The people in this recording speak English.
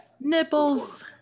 Nipples